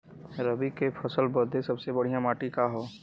रबी क फसल बदे सबसे बढ़िया माटी का ह?